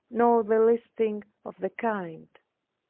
nor the least thing of the kind.